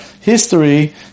history